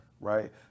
right